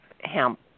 hemp